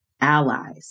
allies